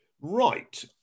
Right